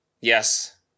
yes